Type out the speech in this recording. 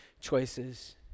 choices